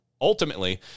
Ultimately